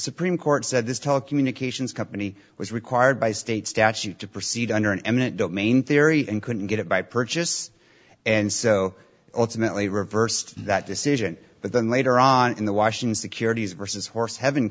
supreme court said this telecommunications company was required by state statute to proceed under an eminent domain theory and couldn't get it by purchase and so ultimately reversed that decision but then later on in the washing securities versus horse heaven